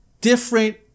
different